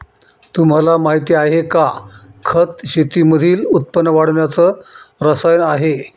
तुम्हाला माहिती आहे का? खत शेतीमधील उत्पन्न वाढवण्याच रसायन आहे